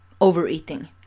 overeating